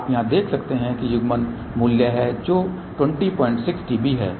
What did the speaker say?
आप यहां देख सकते हैं यह युग्मन मूल्य है जो 206 dB है